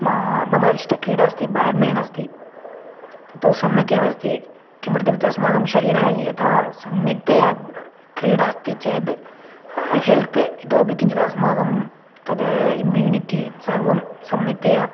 मा मम इष्टक्रीडा अस्ति बेड्मिन् अस्ति तत्तु सम्यक् एव अस्ति किमर्थम् इत्युक्ते अस्माकं शरीरः यथा सम्यक्तया क्रीडा अस्ति चेत् हेल्त् इतोऽपि किञ्चित् अस्माकं तद् इम्यूनिटि सर्वं सम्यक्तया